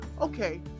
okay